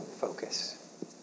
focus